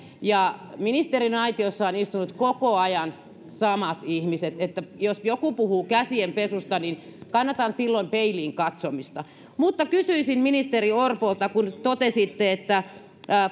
ja ministeriaitiossa ovat istuneet koko ajan samat ihmiset niin että jos joku puhuu käsienpesusta niin kannatan silloin peiliin katsomista mutta kysyisin ministeri orpolta kun totesitte että